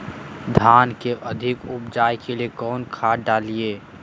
धान के अधिक उपज के लिए कौन खाद डालिय?